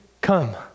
come